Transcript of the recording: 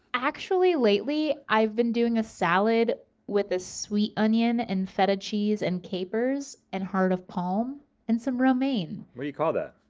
actually lately i've been doing a salad with a sweet onion and feta cheese and capers and heart of palm and some romaine. what do you call that?